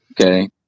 Okay